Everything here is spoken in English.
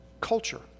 culture